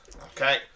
Okay